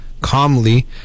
calmly